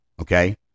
okay